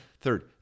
Third